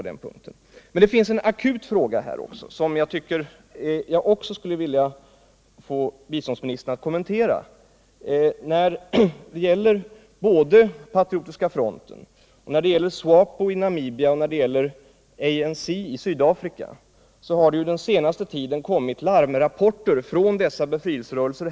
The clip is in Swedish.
Men det finns också en akut fråga, som jag skulle vilja få biståndsministern att kommentera. Såväl när det gäller Patriotiska fronten och SWAPO i Namibia som ANC i Sydafrika har den senaste tiden kommit larmrapporter från dessa befrielserörelser.